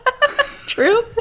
True